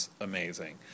amazing